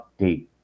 Update